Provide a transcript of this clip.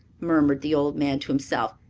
murmured the old man to himself.